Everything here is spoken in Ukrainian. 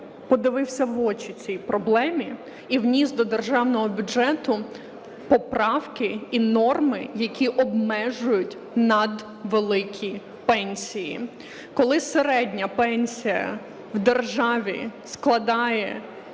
подивився в очі цій проблемі і вніс до державного бюджету поправки і норми, які обмежують надвеликі пенсії. Коли середня пенсія в державі складає